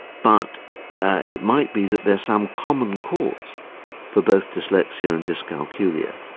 but it might be that there's some common cause for both dyslexia and dyscalculia,